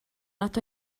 nad